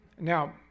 Now